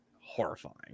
Horrifying